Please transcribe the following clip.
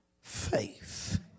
faith